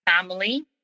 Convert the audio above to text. family